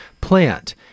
plant